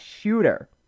shooter